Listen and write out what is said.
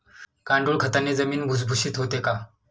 गांडूळ खताने जमीन भुसभुशीत होते का?